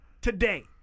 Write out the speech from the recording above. today